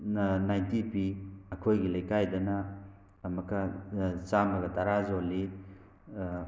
ninety ꯄꯤ ꯑꯩꯈꯣꯏꯒꯤ ꯂꯩꯀꯥꯏꯗꯅ ꯑꯃꯨꯛꯀ ꯆꯥꯝꯃꯒ ꯇꯔꯥ ꯌꯣꯜꯂꯤ